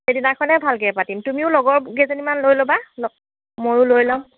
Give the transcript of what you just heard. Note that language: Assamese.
একেদিনাখনেই ভালকৈ পাতিম তুমিও লগৰ কেইজনীমান লৈ ল'বা লগ ময়ো লৈ ল'ম